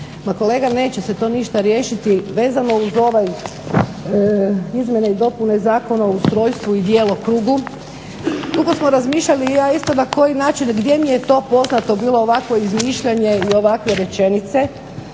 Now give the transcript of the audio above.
kolega neće se to sve riješiti, vezano uz ovaj izmjene i dopune zakona o ustrojstvu i djelokrugu, dugo smo razmišljali i ja isto na koji način, gdje mi je to poznato bilo ovakvo izmišljanje i ovakve rečenice,